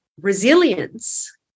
resilience